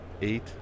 Eight